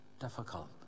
difficult